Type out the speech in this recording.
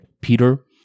Peter